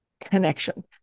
connection